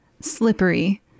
slippery